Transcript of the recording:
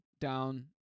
Down